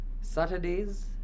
Saturdays